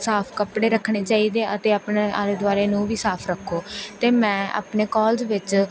ਸਾਫ਼ ਕੱਪੜੇ ਰੱਖਣੇ ਚਾਹੀਦੇ ਆ ਅਤੇ ਆਪਣੇ ਆਲੇ ਦੁਆਲੇ ਨੂੰ ਵੀ ਸਾਫ਼ ਰੱਖੋ ਅਤੇ ਮੈਂ ਆਪਣੇ ਕੋਲਜ ਵਿੱਚ